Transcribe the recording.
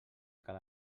cal